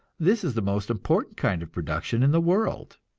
this is the most important kind of production in the world,